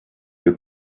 you